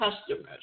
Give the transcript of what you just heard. customers